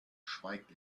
schweigt